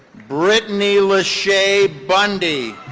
britney lashae bundy.